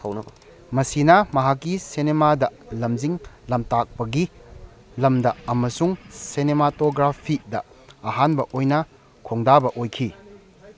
ꯃꯁꯤꯅ ꯃꯍꯥꯛꯀꯤ ꯁꯦꯅꯦꯃꯥꯗ ꯂꯝꯖꯤꯡ ꯂꯝꯇꯥꯛꯄꯒꯤ ꯂꯝꯗ ꯑꯃꯁꯨꯡ ꯁꯦꯅꯦꯃꯥꯇꯣꯒ꯭ꯔꯥꯐꯤꯗ ꯑꯍꯥꯟꯕ ꯑꯣꯏꯅ ꯈꯣꯡꯗꯥꯕ ꯑꯣꯏꯈꯤ